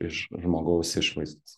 iš žmogaus išvaizdos